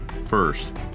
First